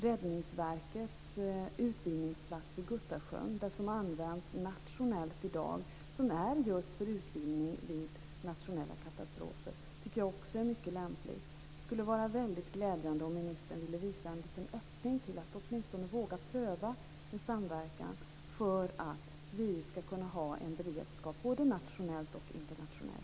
Räddningsverkets utbildningsplats vid Guttusjön, som används nationellt i dag och som är till just för utbildning för nationella katastrofer, tycker jag också är mycket lämplig. Det skulle vara väldigt glädjande om ministern ville hålla öppet för att åtminstone våga pröva en samverkan för att vi skall kunna ha en beredskap både nationellt och internationellt.